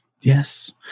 Yes